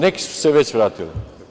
Neki su se već vratili.